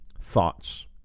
thoughts